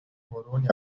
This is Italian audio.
moroni